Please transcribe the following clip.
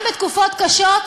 גם בתקופות קשות,